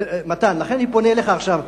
מתן, לכן אני פונה אליך עכשיו.